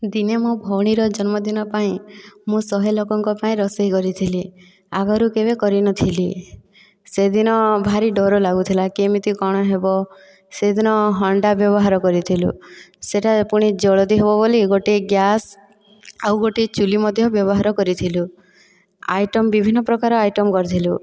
ଦିନେ ମୋ' ଭଉଣୀର ଜନ୍ମ ଦିନ ପାଇଁ ମୁଁ ଶହେ ଲୋକଙ୍କ ପାଇଁ ରୋଷେଇ କରିଥିଲି ଆଗରୁ କେବେ କରିନଥିଲି ସେଦିନ ଭାରି ଡର ଲାଗୁଥିଲା କେମିତି କ'ଣ ହେବ ସେଦିନ ହଣ୍ଡା ବ୍ୟବହାର କରିଥିଲୁ ସେ'ଟା ପୁଣି ଜଲଦି ହେବ ବୋଲି ଗୋଟିଏ ଗ୍ୟାସ୍ ଆଉ ଗୋଟିଏ ଚୁଲି ମଧ୍ୟ ବ୍ୟବହାର କରିଥିଲୁ ଆଇଟମ୍ ବିଭିନ୍ନ ପ୍ରକାର ଆଇଟମ୍ କରିଥିଲୁ